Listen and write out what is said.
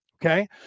Okay